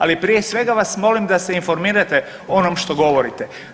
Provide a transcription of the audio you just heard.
Ali prije svega vas molim da se informirate o onom što govorite.